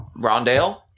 Rondale